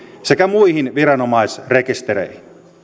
sekä muihin viranomaisrekistereihin